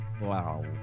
Wow